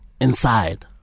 inside